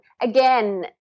again